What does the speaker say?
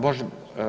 Može.